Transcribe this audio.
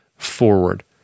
forward